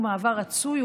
הוא מעבר רצוי,